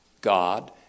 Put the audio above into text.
God